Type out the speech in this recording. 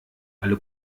alle